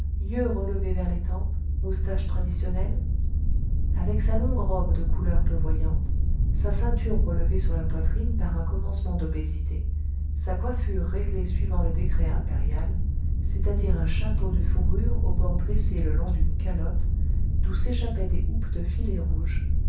relevés vers les tempes moustache traditionnelle avec sa longue robe de couleur peu voyante sa ceinture relevée sur la poitrine par un commencement d'obésité sa coiffure réglée suivant le décret impérial c'est-à-dire un chapeau de fourrure aux bords dressés le long d'une calotte d'où s'échappaient des houppes de filets rouges